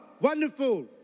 wonderful